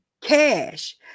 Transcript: cash